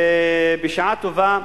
בשעה טובה,